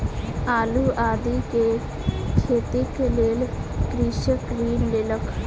आलू आदि के खेतीक लेल कृषक ऋण लेलक